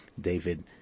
David